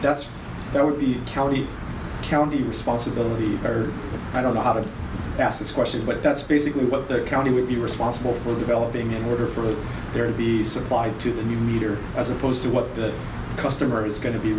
that's there would be county county responsibility or i don't know how to ask this question but that's basically what the county would be responsible for developing in order for there to be supplied to the new meter as opposed to what the customer is going to be